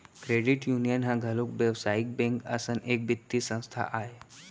credit union ह घलोक बेवसायिक बेंक असन एक बित्तीय संस्था आय